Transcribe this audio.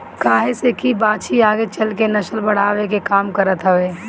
काहे से की बाछी आगे चल के नसल बढ़ावे के काम करत हवे